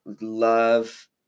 love